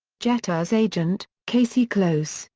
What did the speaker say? jeter's agent, casey close,